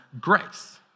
Grace